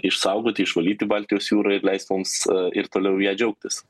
išsaugoti išvalyti baltijos jūrą ir leis mums ir toliau ja džiaugtis